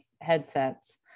headsets